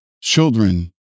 children